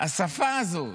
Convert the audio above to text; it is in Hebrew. השפה הזו.